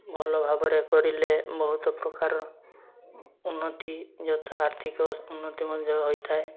ଭଲ ଭାବରେ କରିଲେ ବହୁତ ପ୍ରକାର ଉନ୍ନତି ଯଥା ଆର୍ଥିକ ଉନ୍ନତି ମଧ୍ୟ ହୋଇଥାଏ